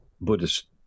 Buddhist